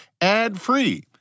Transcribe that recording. ad-free